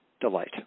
delight